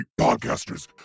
podcasters